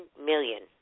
million